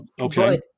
Okay